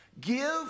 Give